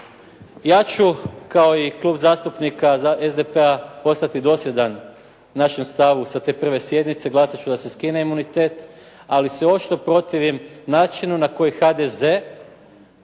Ja ću kao i Klub zastupnika SDP-a ostati dosljedan našem stavu sa te prve sjednice, glasat ću da se skine imunitet ali se oštro protivim načinu na koji HDZ